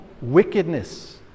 wickedness